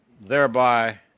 thereby